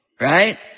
right